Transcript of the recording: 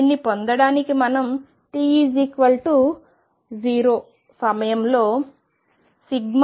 దీన్ని పొందడానికి మనం t0 సమయంలో ∑Cnnr